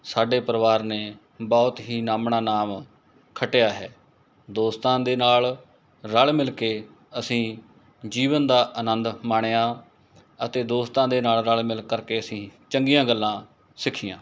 ਸਾਡੇ ਪਰਿਵਾਰ ਨੇ ਬਹੁਤ ਹੀ ਨਾਮਣਾ ਨਾਮ ਖੱਟਿਆ ਹੈ ਦੋਸਤਾਂ ਦੇ ਨਾਲ਼ ਰਲ਼ ਮਿਲਕੇ ਅਸੀਂ ਜੀਵਨ ਦਾ ਅਨੰਦ ਮਾਣਿਆ ਅਤੇ ਦੋਸਤਾਂ ਦੇ ਨਾਲ਼ ਰਲ ਮਿਲ ਕਰਕੇ ਅਸੀਂ ਚੰਗੀਆਂ ਗੱਲਾਂ ਸਿੱਖੀਆਂ